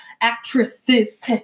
actresses